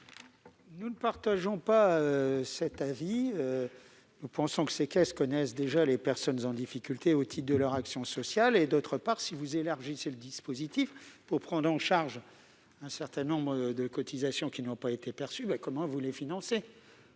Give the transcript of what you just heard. Nous ne partageons pas cette analyse. Ces caisses connaissent déjà les personnes en difficulté au titre de leur action sociale. Par ailleurs, si vous élargissez le dispositif pour prendre en charge un certain nombre de cotisations qui n'ont pas été perçues, comment allez-vous le financer ?